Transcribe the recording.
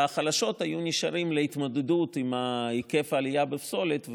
והחלשות היו נשארות להתמודדות עם היקף העלייה בפסולת,